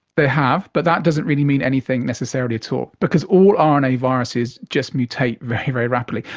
they have, but that doesn't really mean anything necessarily at all, because all ah rna viruses just mutate very, very rapidly.